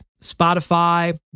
Spotify